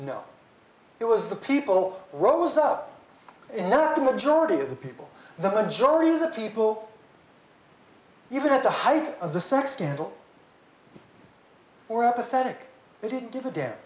no it was the people rose up and to majority of the people the majority of the people even at the height of the sex scandal or apathetic they didn't give a damn